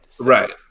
Right